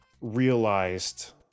realized